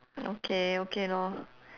okay okay lor